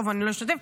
טוב אני לא אשתתף,